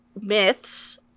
myths